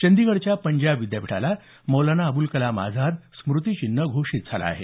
चंदीगडच्या पंजाब विद्यापीठाला मौलाना अबूल कलाम आझाद स्मुतीचिन्ह घोषित झालं आहे